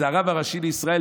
וזה הרב הראשי לישראל,